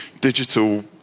digital